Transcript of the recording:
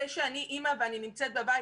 זה שאני אימא ואני נמצאת בבית,